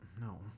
no